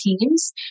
teams